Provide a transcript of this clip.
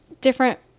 different